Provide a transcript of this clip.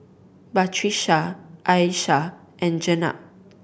Patrisya Aishah and Jenab